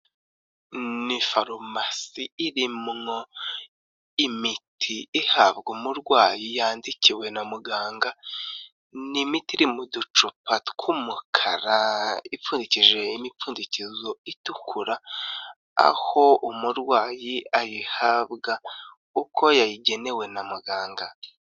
Ni farumasi irimo imiti ihabwa umurwayi yandikiwe na muganga. Ni imiti iri mu ducupa tw'umukara ipfundikishije imipfundikizo itukura, aho umurwayi ayihabwa uko yayigenewe na muganga.